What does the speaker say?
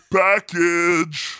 package